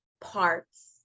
parts